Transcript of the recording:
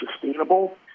sustainable